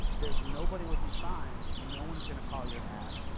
there's nobody with these signs. no one's going to call your ad.